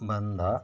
ಬಂದ